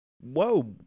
Whoa